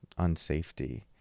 unsafety